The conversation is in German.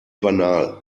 banal